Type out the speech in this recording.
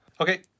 Okay